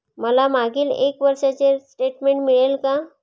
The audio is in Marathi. मला मागील एक वर्षाचे स्टेटमेंट मिळेल का?